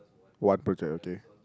what project okay